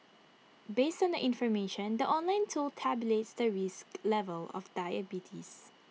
based on the information the online tool tabulates the risk level of diabetes